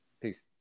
Peace